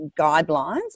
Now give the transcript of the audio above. guidelines